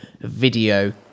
video